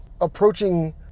approaching